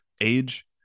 age